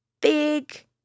big